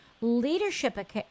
Leadership